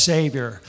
Savior